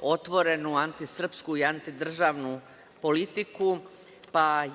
otvorenu antisrpsku i antidržavnu politiku.